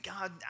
God